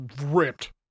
ripped